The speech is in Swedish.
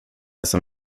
som